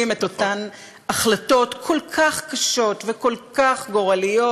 את אותן החלטות כל כך קשות וכל כך גורליות,